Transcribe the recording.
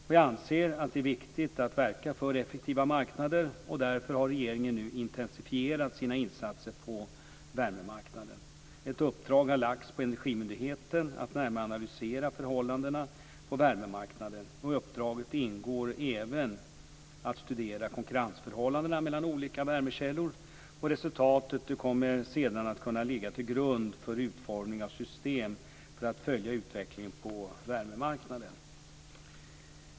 Jag anser att det är viktigt att verka för effektiva marknader. Därför har regeringen nu intensifierat sina insatser på värmemarknaden. Ett uppdrag har lagts på energimyndigheten att närmare analysera förhållandena på värmemarknaden. Och i uppdraget ingår även att studera konkurrensförhållandena mellan olika värmekällor. Resultatet kommer sedan att kunna ligga till grund för utformning av system för att följa utvecklingen på värmemarknaden.